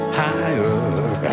higher